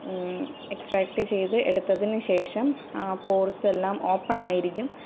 extract ചെയ്ത് എടുത്തതിനുശേഷം ആ പോർസ് എല്ലാം ഓപ്പൺ ആയിരിക്കും